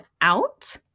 out